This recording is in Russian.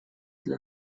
для